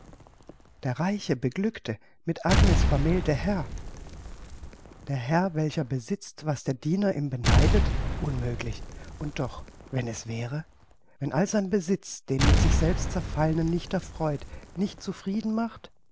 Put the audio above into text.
der reiche beglückte mit agnes vermählte herr der herr welcher besitzt was der diener ihm beneidet unmöglich und doch wenn es wäre wenn all sein besitz den mit sich selbst zerfallenen nicht erfreut nicht zufrieden macht